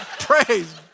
Praise